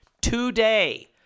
today